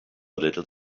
little